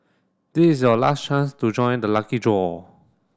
this is your last chance to join the lucky draw